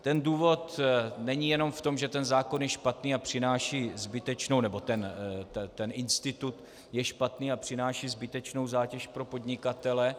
Ten důvod není jenom v tom, že zákon je špatný a přináší zbytečnou... nebo ten institut je špatný a přináší zbytečnou zátěž pro podnikatele.